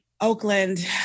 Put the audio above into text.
Oakland